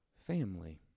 family